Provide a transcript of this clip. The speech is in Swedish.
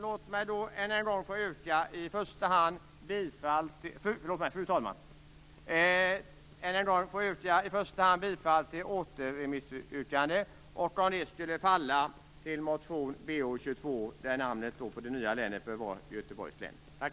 Låt mig än en gång i första hand yrka på en återremiss. Om det skulle falla yrkar jag bifall till motion Bo22 som innebär att namnet på det nya länet skall vara Göteborgs län. Tack!